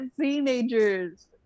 teenagers